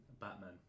Batman